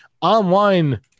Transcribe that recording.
online